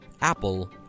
apple